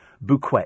bouquet